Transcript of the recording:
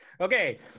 Okay